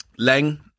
Leng